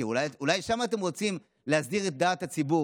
כי אולי שם אתם רוצים להסדיר את דעת הציבור.